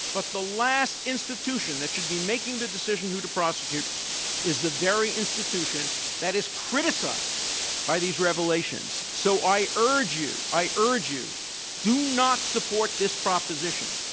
but the last institution that should be making the decision who to prosecute is the very institution that is criticized by these revelations. so i urge you i urge you do not support this proposition.